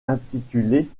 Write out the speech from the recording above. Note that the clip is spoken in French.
intitulée